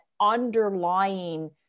underlying